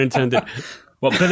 intended